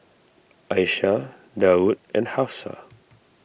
Aisyah Daud and Hafsa